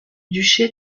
duché